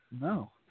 No